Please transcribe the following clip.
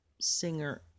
singer